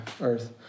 earth